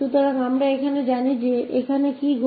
तो हु जानते है यह क्या होगा 𝐿𝑡𝑛